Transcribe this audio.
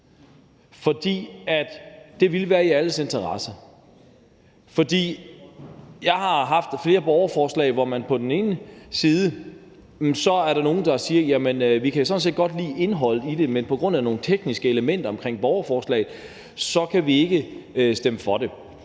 for det ville være i alles interesse. For jeg har set flere borgerforslag, hvor der er nogle, der siger: Vi kan sådan set godt lide indholdet i det, men på grund af nogle tekniske elementer omkring borgerforslaget kan vi ikke stemme for det.